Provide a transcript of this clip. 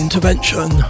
Intervention